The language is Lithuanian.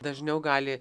dažniau gali